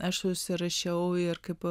aš užsirašiau ir kaip